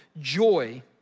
joy